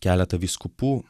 keletą vyskupų